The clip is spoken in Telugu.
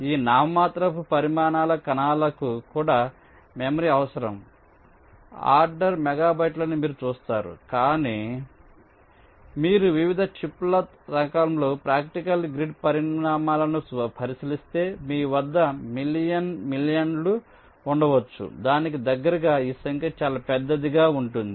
ఈ నామమాత్రపు పరిమాణాల కణాలకు కూడా మెమరీ అవసరం ఆర్డర్ మెగాబైట్లని మీరు చూస్తారు కానీ మీరు వివిధ చిప్ల రకంలో ప్రాక్టికల్ గ్రిడ్ పరిమాణాలను పరిశీలిస్తే మీ వద్ద మిలియన్ మిలియన్లు ఉండవచ్చు దానికి దగ్గరగా ఈ సంఖ్య చాలా పెద్దదిగా ఉంటుంది